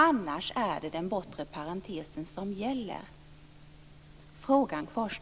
Annars är det den bortre parentesen som gäller. Frågan kvarstår.